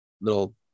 little